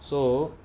so